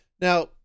Now